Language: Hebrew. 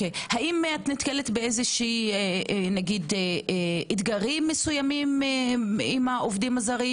האם את נתקלת באתגרים מסומים עם העובדים הזרים?